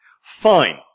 Fine